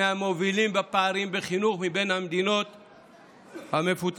מהמובילים בפערים בחינוך מבין המדינות המפותחות.